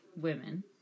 women